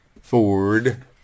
Ford